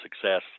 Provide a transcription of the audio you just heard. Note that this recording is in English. Success